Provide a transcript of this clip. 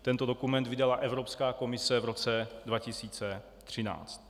Tento dokument vydala Evropská komise v roce 2013.